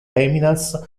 feminas